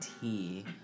tea